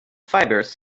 fibres